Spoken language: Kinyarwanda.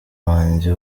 banjye